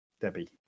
Debbie